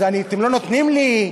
אז אתם לא נותנים לי.